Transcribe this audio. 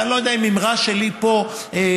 ואני לא יודע אם אמרה שלי פה תעזור.